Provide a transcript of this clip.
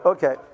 Okay